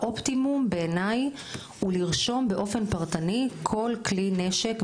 האופטימום בעיניי הוא לרשום באופן פרטני כל כלי נשק,